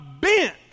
bent